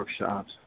workshops